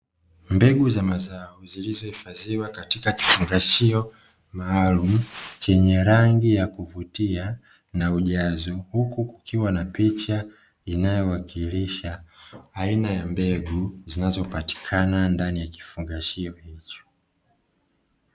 Mbegu za mazao zilizohifadhiwa katika kifungashio maalumu chenye rangi ya kuvutia na ujazo; huku kukiwa na picha inayowakilisha aina ya mbegu zinazopatikana ndani ya kifungashio hicho.